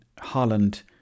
Holland